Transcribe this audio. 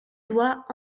doigt